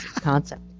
Concept